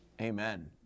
Amen